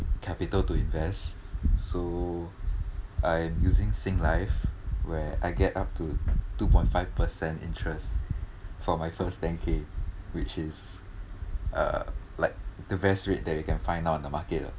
capital to invest so I am using singlife where I get up to two point five percent interest for my first ten K which is uh like the best rate that you can find now in the market